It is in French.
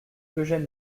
eugène